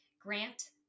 Grant